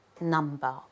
number